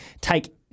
take